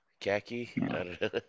Khaki